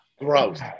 gross